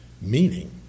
Meaning